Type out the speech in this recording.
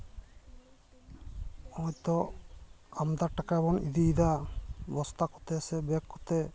ᱦᱚᱭᱛᱳ ᱟᱢᱫᱟ ᱴᱟᱠᱟ ᱵᱚᱱ ᱤᱫᱤᱭᱫᱟ ᱵᱚᱥᱛᱟ ᱠᱚᱛᱮ ᱥᱮ ᱵᱮᱜᱽ ᱠᱚᱛᱮ